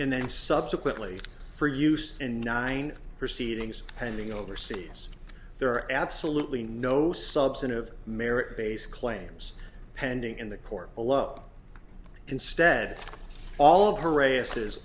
then subsequently for use in nine proceedings pending overseas there are absolutely no substantive merit based claims pending in the court below instead all harasses